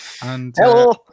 Hello